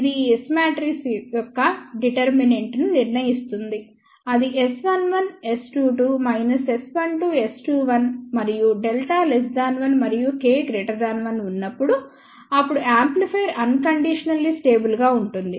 ఇది S matrix యొక్క determinant ను నిర్ణయిస్తుంది అది S11 S22 S12 S21 మరియు Δ 1 మరియు K 1 ఉన్నప్పుడు అప్పుడు యాంప్లిఫైయర్ అన్ కండీషనల్లీ స్టేబుల్ గా ఉంటుంది